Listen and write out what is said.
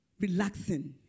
relaxing